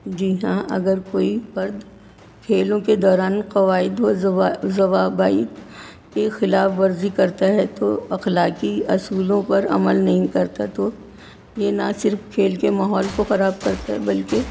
جی ہاں اگر کوئی فرد کھیلوں کے دوران قوائد و ضوابط کے خلاف ورزی کرتا ہے تو اخلاقی اصولوں پر عمل نہیں کرتا تو یہ نہ صرف کھیل کے ماحول کو خراب کرتا ہے بلکہ